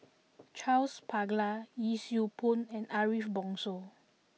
Charles Paglar Yee Siew Pun and Ariff Bongso